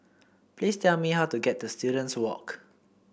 please tell me how to get to Students Walk